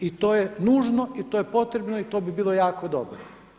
I to je nužno, i to je potrebno i to bi bilo jako dobro.